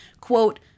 Quote